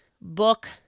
book